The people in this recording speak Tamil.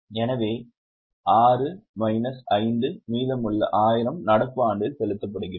எனவே 6 மைனஸ் 5 மீதமுள்ள 1000 நடப்பு ஆண்டில் செலுத்தப்படுகிறது